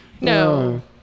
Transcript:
No